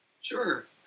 Sure